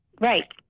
Right